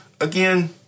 Again